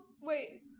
Wait